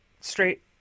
straight